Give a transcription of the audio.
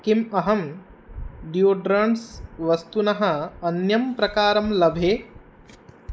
किम् अहं डीयोडरण्ट्स् वस्तुनः अन्यं प्रकारं लभे